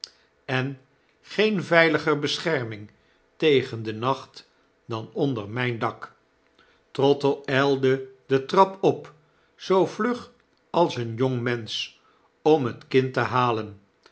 en geen veiliger bescherming tegen den nacht dan onder mijn dak trottle ylde de trap op zoo vlug als een jongmensch om het kind te halen